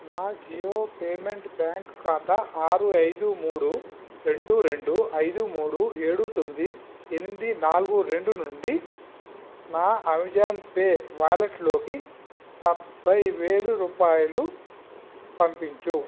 నా Jio payment bank ఖాతా ఆరు ఐదు మూడు రెండు రెండు ఐదు మూడు ఏడు తొమ్మిది ఎనిమిది నాలుగు రెండు నుండి నా అమెజాన్ పే వాలెట్లోకి డెబ్బైవేలు రూపాయలు పంపించుము